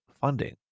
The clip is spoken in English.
funding